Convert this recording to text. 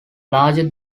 larger